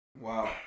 Wow